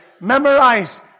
Memorize